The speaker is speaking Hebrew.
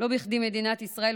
לא בכדי מדינת ישראל,